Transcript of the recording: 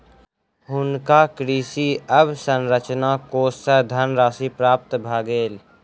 हुनका कृषि अवसंरचना कोष सँ धनराशि प्राप्त भ गेल